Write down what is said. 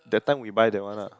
that time we buy that one lah